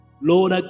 Lord